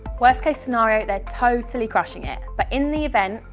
worst case scenario, they're totally crushing it. but in the event,